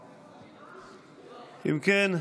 נגד אם כן,